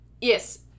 Yes